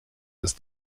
ist